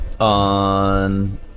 On